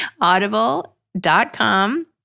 Audible.com